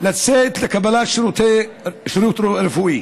לצאת לקבלת שירות רפואי.